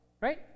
Right